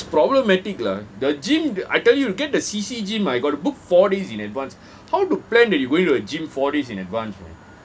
it's problematic lah the gym I tell you get the C_C gym I got to book four days in advance how to plan that you going to the gym four days in advance man